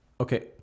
Okay